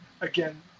again